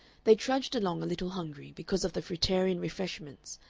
they trudged along a little hungry, because of the fruitarian refreshments,